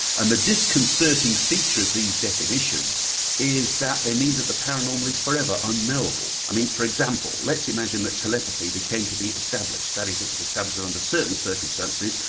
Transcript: and the disconcerting feature of these these definitions is that they mean that the paranormal is forever unknowable. i mean for example, let's imagine that telepathy became to be established, that is, it was established that under certain circumstances,